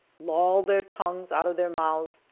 loll their tongues out of their mouths,